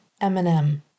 Eminem